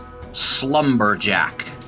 Slumberjack